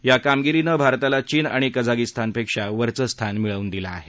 या कामगिरीनं भारताला चीन आणि कजागिस्तानपेक्षा वरचं स्थान मिळवून दिलं आहे